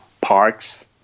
parks